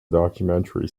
documentary